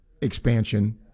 expansion